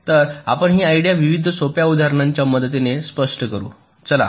तर आपण ही आयडिया विविध सोप्या उदाहरणांच्या मदतीने स्पष्ट करू चला